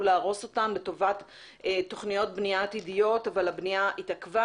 להרוס אותם לטובת תוכניות בנייה עתידיות אבל הבנייה התעכבה,